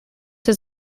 his